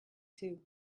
too